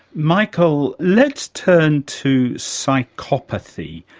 michael, let's turn to psychopathy.